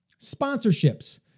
sponsorships